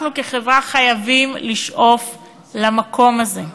אנחנו, כחברה, חייבים לשאוף למקום הזה.